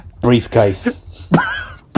briefcase